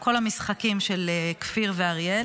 וכל המשחקים של כפיר ואריאל.